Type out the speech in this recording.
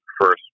first